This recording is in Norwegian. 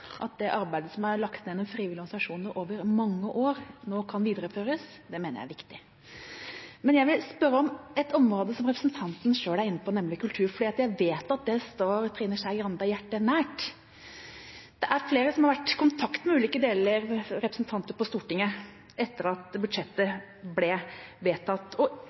Det at arbeidet som er lagt ned av de frivillige organisasjonene gjennom mange år, nå kan videreføres, mener jeg er viktig. Jeg vil spørre om et område som representanten selv er inne på, nemlig kultur. Jeg vet at det står Trine Skei Grandes hjerte nær. Det er flere som har vært i kontakt med representanter på Stortinget etter at budsjettet ble vedtatt.